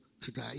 today